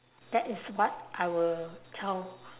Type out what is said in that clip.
that is what I will tell